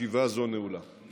ישיבה זו נעולה.